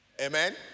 Amen